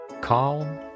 calm